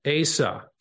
Asa